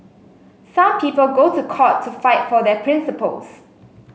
some people go to court to fight for their principles